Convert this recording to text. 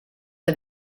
the